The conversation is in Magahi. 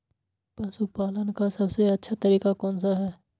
पशु पालन का सबसे अच्छा तरीका कौन सा हैँ?